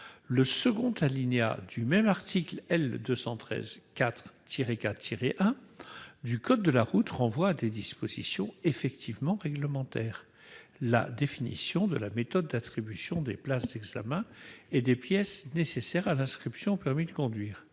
le second alinéa de l'article L. 213-4-1 du code de la route renvoie à des dispositions réglementaires la définition de la méthode d'attribution des places d'examen et des pièces nécessaires à l'inscription au permis de conduire.